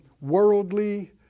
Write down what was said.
worldly